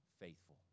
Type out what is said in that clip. faithful